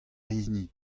hini